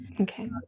Okay